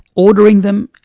ordering them,